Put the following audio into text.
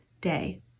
day